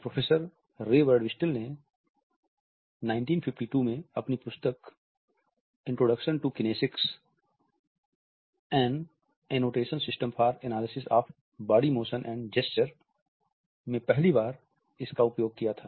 professor Ray Birdwhistell ने 1952 में अपनी पुस्तक introduction to kinesics an annotation system for analysis of body motion and gesture Introduction to Kinesics An Annotation System for Analysis of Body Motion and Gesture में पहली बार इसका उपयोग किया था